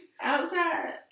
outside